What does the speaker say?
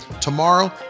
tomorrow